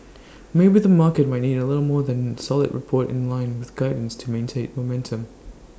maybe the market might need A little more than A solid report in line with guidance to maintain momentum